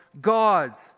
God's